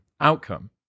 outcome